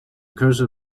cursor